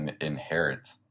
inherit